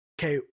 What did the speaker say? okay